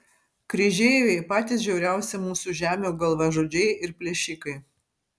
kryžeiviai patys žiauriausi mūsų žemių galvažudžiai ir plėšikai